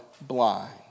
blind